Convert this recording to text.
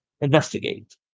investigate